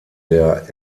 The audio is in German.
der